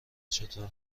چطور